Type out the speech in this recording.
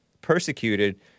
persecuted